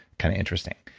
kind of interesting.